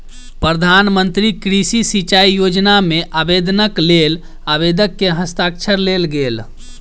प्रधान मंत्री कृषि सिचाई योजना मे आवेदनक लेल आवेदक के हस्ताक्षर लेल गेल